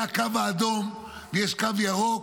היה קו אדום ויש קו ירוק,